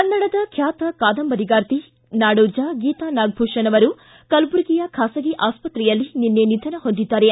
ಕನ್ನಡದ ಖ್ಯಾತ ಕಾದಂಬರಿಗಾರ್ತಿ ನಾಡೋಜ ಗೀತಾ ನಾಗಭೂಷಣ ಅವರು ಕಲಬುರಗಿಯ ಖಾಸಗಿ ಆಸ್ತ್ರೆಯಲ್ಲಿ ನಿನ್ನೆ ನಿಧನ ಹೊಂದಿದ್ದಾರೆ